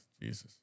Jesus